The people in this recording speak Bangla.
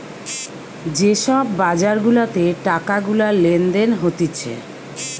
যে সব বাজার গুলাতে টাকা গুলা লেনদেন হতিছে